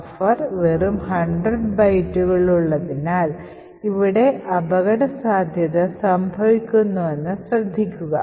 buffer വെറും 100 ബൈറ്റുകളുള്ളതിനാൽ ഇവിടെ അപകടസാധ്യത സംഭവിക്കുന്നുവെന്നത് ശ്രദ്ധിക്കുക